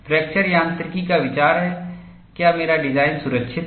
fracture यांत्रिकी का विचार है क्या मेरा डिज़ाइन सुरक्षित है